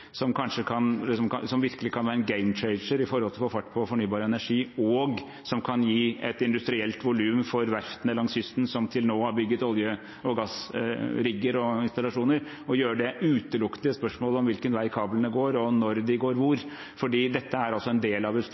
som virkelig kan være en «game changer» når det gjelder å få fart på fornybar energi, og som kan gi et industrielt volum for verftene langs kysten som til nå har bygget olje- og gassrigger og -installasjoner, utelukkende til et spørsmål om hvilken vei kablene går, og når de går hvor, for dette er en del av